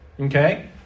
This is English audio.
okay